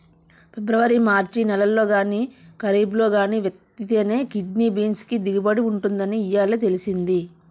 February మార్చి నెలల్లో గానీ, కరీబ్లో గానీ విత్తితేనే కిడ్నీ బీన్స్ కి దిగుబడి ఉంటుందని ఇయ్యాలే తెలిసింది